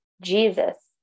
Jesus